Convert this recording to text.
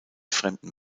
fremden